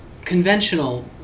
conventional